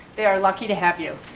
they are lucky to have you.